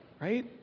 Right